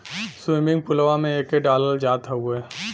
swimming पुलवा में एके डालल जात हउवे